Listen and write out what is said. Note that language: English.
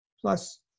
plus